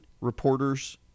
reporters